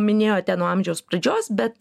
minėjote nuo amžiaus pradžios bet